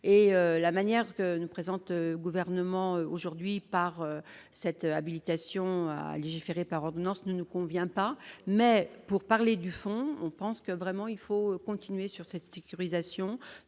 et la manière que nous présente gouvernement aujourd'hui par cette habilitation à légiférer par ordonnances ne nous convient pas, mais pour parler du fond, on pense que vraiment il faut continuer sur cette sécurisation